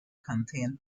contain